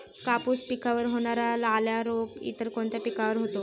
कापूस पिकावर होणारा लाल्या रोग इतर कोणत्या पिकावर होतो?